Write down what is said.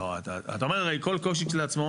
נו, אתה אומר כל קושי כשלעצמו